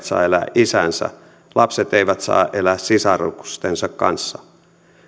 saa elää isänsä lapset eivät saa elää sisarustensa kanssa